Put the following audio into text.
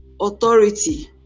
authority